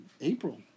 April